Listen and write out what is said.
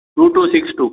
two two six two